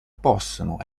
possono